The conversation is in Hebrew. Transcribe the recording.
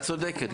את צודקת.